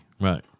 Right